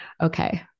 Okay